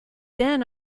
then